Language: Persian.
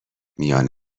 میان